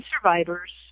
survivors